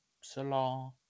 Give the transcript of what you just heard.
Salah